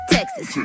Texas